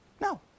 no